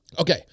Okay